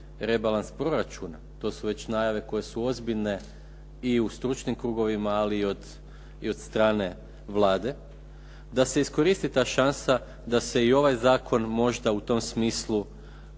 rebalans proračuna. To su već najave koje su ozbiljne i u stručnim krugovima, ali i od strane Vlade, da se iskoristi ta šansa da se i ovaj zakon možda u tom smislu